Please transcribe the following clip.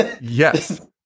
Yes